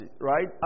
right